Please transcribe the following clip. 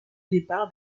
départ